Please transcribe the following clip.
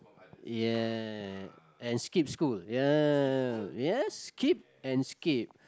ya and skip school ya ya skip and skip